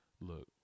Look